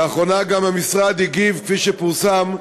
לאחרונה המשרד הגיב, כפי שפורסם,